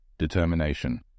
determination